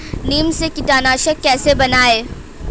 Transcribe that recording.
नीम से कीटनाशक कैसे बनाएं?